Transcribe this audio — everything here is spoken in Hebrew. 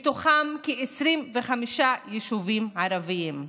ומתוכם כ-25 יישובים ערביים.